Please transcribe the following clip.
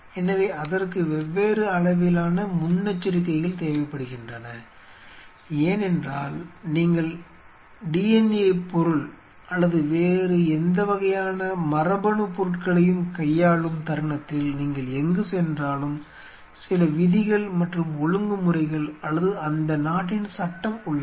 எனவே அதற்கு வெவ்வேறு அளவிலான முன்னெச்சரிக்கைகள் தேவைப்படுகின்றன ஏனென்றால் நீங்கள் DNA பொருள் அல்லது எந்த வகையான மரபணுப் பொருட்களையும் கையாளும் தருணத்தில் நீங்கள் எங்கு சென்றாலும் சில விதிகள் மற்றும் ஒழுங்குமுறைகள் அல்லது அந்த நாட்டின் சட்டம் உள்ளன